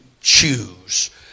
choose